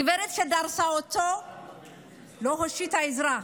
הגברת שדרסה אותו לא הושיטה עזרה,